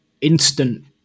instant